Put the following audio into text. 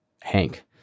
Hank